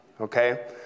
okay